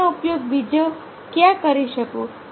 હું તેનો ઉપયોગ બીજે ક્યાં કરી શકું